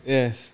Yes